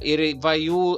ir va jų